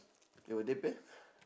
it will depend